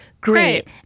great